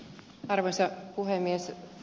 arvoisa puhemies